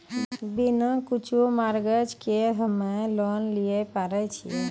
बिना कुछो मॉर्गेज के हम्मय लोन लिये पारे छियै?